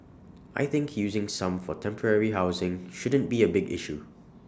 I think using some for temporary housing shouldn't be A big issue